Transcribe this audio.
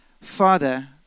Father